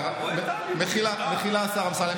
השר אמסלם,